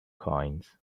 coins